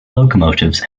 locomotives